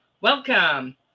Welcome